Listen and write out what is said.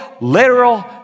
literal